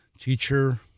teacher